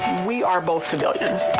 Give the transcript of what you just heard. we are both civilians,